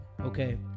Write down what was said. okay